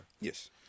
Yes